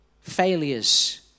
failures